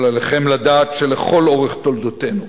אבל עליכם לדעת שלכל אורך תולדותינו,